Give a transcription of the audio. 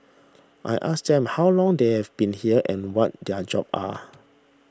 I asked them how long they have been here and what their jobs are